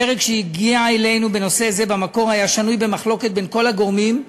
הפרק שהגיע אלינו בנושא זה במקור היה שנוי במחלוקת בין כל הגורמים.